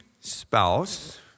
spouse